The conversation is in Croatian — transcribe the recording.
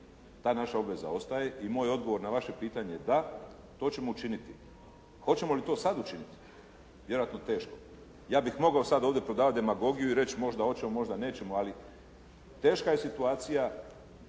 ta naša obveza ostaje i moj odgovor na vaše pitanje da, to ćemo učiniti. Hoćemo li to sad učiniti, vjerojatno teško. Ja bih mogao sad ovdje prodavati demagogiju možda hoćemo, možda nećemo. Ali teška je situacija.